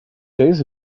days